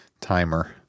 timer